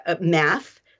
math